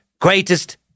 greatest